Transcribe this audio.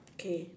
K